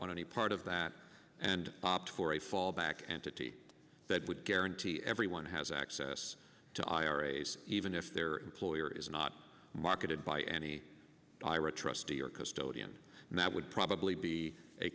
want any part of that and opt for a fallback entity that would guarantee everyone has access to iras even if their employer is not marketed by any direct trustee or custodian and that would probably be a